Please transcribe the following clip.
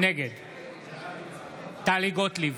נגד טלי גוטליב,